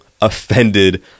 offended